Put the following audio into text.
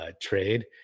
trade